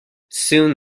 soon